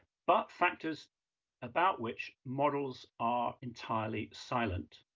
but factors about which models are entirely silent.